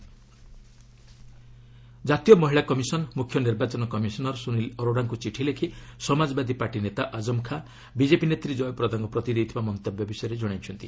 NCW EC ଜାତୀୟ ମହିଳା commission ମୁଖ୍ୟ ନିର୍ବାଚନ କମିଶନର୍ ସୁନିଲ୍ ଅରୋଡାଙ୍କୁ ଚିଠି ଲେଖି ସମାଜବାଦୀ ପାର୍ଟି ନେତା ଆଜମ୍ ଖାଁ ବିକେପି ନେତ୍ରୀ ଜୟପ୍ରଦାଙ୍କ ପ୍ରତି ଦେଇଥିବା ମନ୍ତବ୍ୟ ବିଷୟରେ ଜଣାଇଛନ୍ତି